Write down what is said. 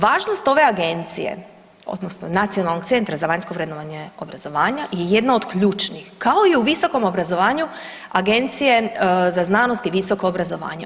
Važnost ove agencije odnosno Nacionalnog centra za vanjsko vrednovanje obrazovanja je jedna od ključnih kao i u visokom obrazovanju Agencije za znanost i visoko obrazovanje.